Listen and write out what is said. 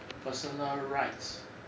personal rights